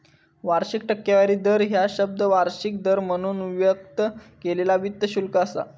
वार्षिक टक्केवारी दर ह्या शब्द वार्षिक दर म्हणून व्यक्त केलेला वित्त शुल्क असा